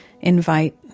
invite